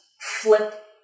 flip